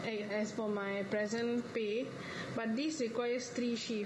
as for my present pay but this requires three shift